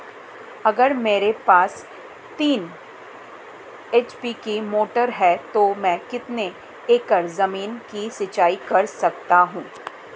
अगर मेरे पास तीन एच.पी की मोटर है तो मैं कितने एकड़ ज़मीन की सिंचाई कर सकता हूँ?